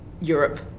Europe